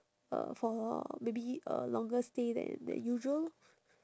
uh for maybe a longer stay than than usual